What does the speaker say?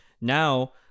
Now